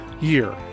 year